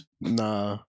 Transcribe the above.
Nah